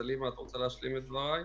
סלימה, את רוצה להשלים את דבריי?